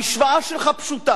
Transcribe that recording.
המשוואה שלך פשוטה: